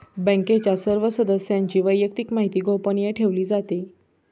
बँकेच्या सर्व सदस्यांची वैयक्तिक माहिती गोपनीय ठेवली जाते